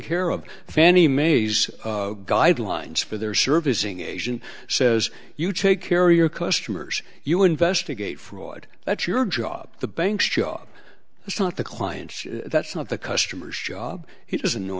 care of fannie mae's guidelines for their servicing asian says you take care your customers you investigate freud that's your job the banks job it's not the clients that's not the customers job he doesn't know